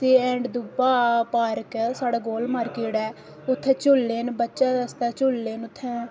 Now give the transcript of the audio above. ते एंड दूआ पार्क ऐ साढ़ा गोल मार्केट ऐ उत्थै झूले न बच्चें आस्तै झूले न उत्थें